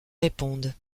répondent